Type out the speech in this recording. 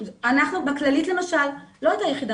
בכללית למשל לא הייתה יחידה,